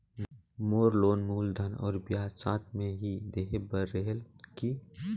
मोर loan मूलधन और ब्याज साथ मे ही देहे बार रेहेल की?